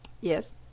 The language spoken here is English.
yes